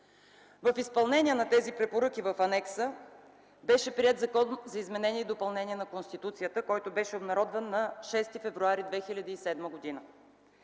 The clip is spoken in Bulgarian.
В изпълнение на препоръките в анекса беше приет Закон за изменение и допълнение на Конституцията, който беше обнародван на 6 февруари 2007 г.,